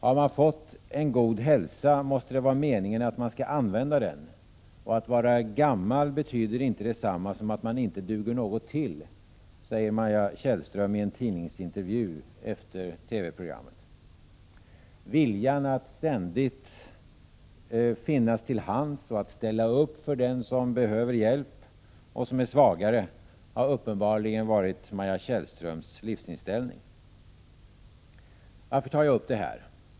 ”Har man fått en god hälsa måste det vara meningen att man skall använda den, och att vara gammal betyder inte detsamma som att man inte duger något till”, säger Maja Tjällström i en tidningsintervju efter TV-programmet. Viljan att ständigt finnas till hands och att ställa upp för den som behöver hjälp och som är svagare har uppenbarligen varit Maja Tjällströms livsinställning. Varför tar jag upp det här?